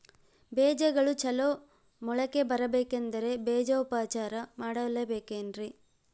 ಬೇಜಗಳು ಚಲೋ ಮೊಳಕೆ ಬರಬೇಕಂದ್ರೆ ಬೇಜೋಪಚಾರ ಮಾಡಲೆಬೇಕೆನ್ರಿ?